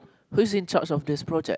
who's in charge of this project